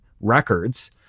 records